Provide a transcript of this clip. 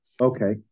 Okay